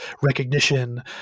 recognition